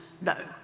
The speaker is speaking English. no